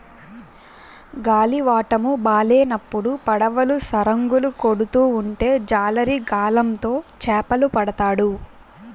గాలివాటము బాలేనప్పుడు పడవలు సరంగులు కొడుతూ ఉంటే జాలరి గాలం తో చేపలు పడతాడు